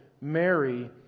Mary